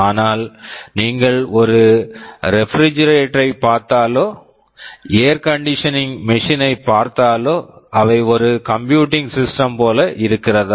ஆனால் நீங்கள் ஒரு ரெபிரிஜிரேட்டர் refrigerator ப் பார்த்தாலோ air conditioning machine air conditioning machine ஐப் பார்த்தாலோ அவை ஒரு கம்ப்யூட்டர் சிஸ்டம் computer system போல இருக்கிறதா